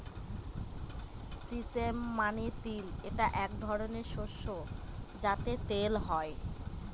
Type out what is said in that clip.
sesame মানে তিল এটা এক ধরনের শস্য যাতে তেল হয়